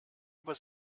über